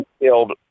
killed